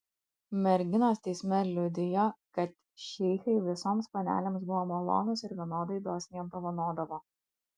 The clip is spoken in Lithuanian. merginos teisme liudijo kad šeichai visoms panelėms buvo malonūs ir vienodai dosniai apdovanodavo